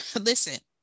listen